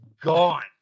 gone